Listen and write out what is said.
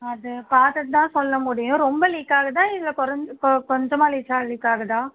அது பார்த்துட்தான் சொல்ல முடியும் ரொம்ப லீக்காகுதா இல்லை குறஞ் கொ கொஞ்சமாக லீச்சா லீக்காகுதா